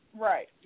Right